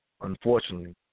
unfortunately